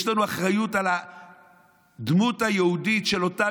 יש לנו אחריות לדמות היהודית של אותם